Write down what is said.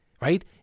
Right